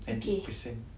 ninety per cent